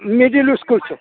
middle इसकुलसे